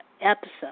episode